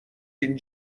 این